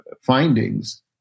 findings